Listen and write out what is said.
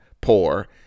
poor